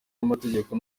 n’amategeko